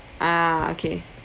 ah okay